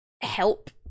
help